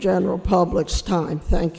general public's time thank